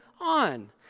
on